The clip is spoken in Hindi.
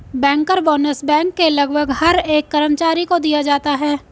बैंकर बोनस बैंक के लगभग हर एक कर्मचारी को दिया जाता है